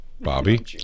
Bobby